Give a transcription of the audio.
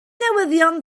newyddion